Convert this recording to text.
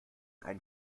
einen